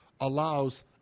allows